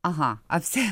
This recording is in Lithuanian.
aha apsi